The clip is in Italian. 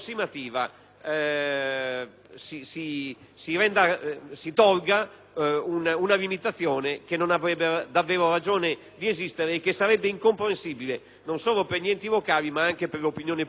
eliminare una limitazione che non avrebbe davvero ragione di esistere, risultando incomprensibile non solo per gli enti locali, ma anche per l'opinione pubblica nel suo complesso.